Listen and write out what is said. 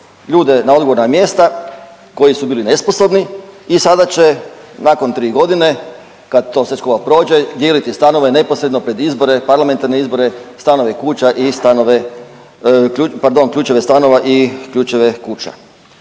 ljude na odgovorna mjesta, koji su bili nesposobni i sada će nakon 3.g. kad to sve skupa prođe dijeliti stanove neposredno pred izbore, parlamentarne izbore, stanove i kuća